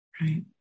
right